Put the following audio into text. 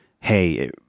hey